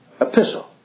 Epistle